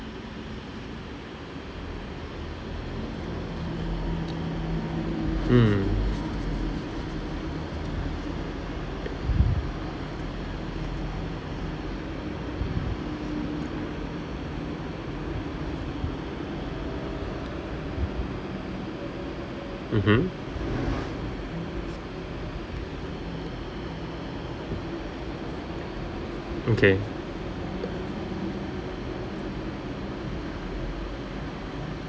hmm mmhmm okay